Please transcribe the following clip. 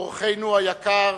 אורחנו היקר,